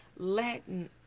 Latin